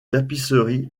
tapisseries